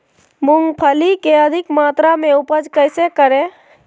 मूंगफली के अधिक मात्रा मे उपज कैसे करें?